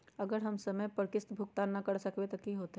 अगर हम समय पर किस्त भुकतान न कर सकवै त की होतै?